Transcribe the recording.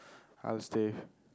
I'll stay